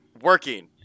working